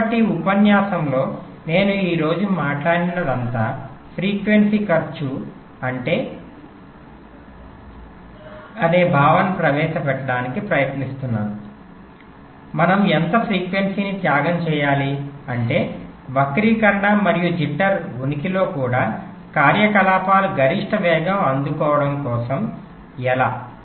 కాబట్టి ఈ ఉపన్యాసంలో నేను ఈ రోజు మాట్లాడినదంతా ఫ్రీక్వెన్సీ ఖర్చు అంటే అనే భావనను ప్రవేశపెట్టడానికి ప్రయత్నించాము మనం ఎంత ఫ్రీక్వెన్సీని త్యాగం చేయాలి అంటే వక్రీకరణ మరియు జిట్టర్ ఉనికిలో కూడా కార్యకలాపాల గరిష్ట వేగం అందుకోవడం ఎలా